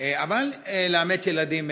ילדים מרוסיה.